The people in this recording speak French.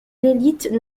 l’élite